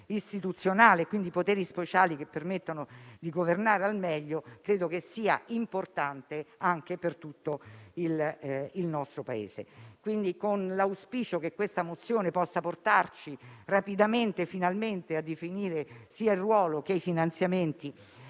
istituzionale e poteri speciali che permettano di governare al meglio, è importante per tutto il nostro Paese. Quindi, con l'auspicio che questa mozione possa portarci rapidamente a definire sia il ruolo che i finanziamenti